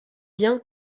bien